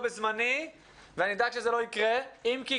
בזמני ואני אדאג שזה לא יקרה" אם כי,